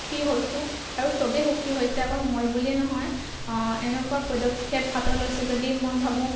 সুখী হৈছোঁ আৰু চবেই সুখী হৈছে অকল মই বুলিয়েই নহয় এনেকুৱা পদক্ষেপ হাতত লৈছে যদি মই ভাবোঁ